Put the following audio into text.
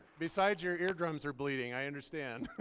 beside your eardrums are bleeding, i understand.